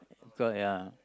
got ya